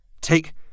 Take